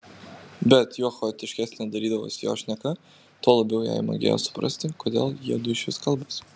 bet juo chaotiškesnė darydavosi jo šneka tuo labiau jai magėjo suprasti kodėl jiedu išvis kalbasi